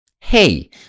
Hey